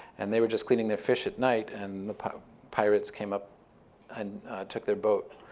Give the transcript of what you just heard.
and they were just cleaning their fish at night and the pirates came up and took their boat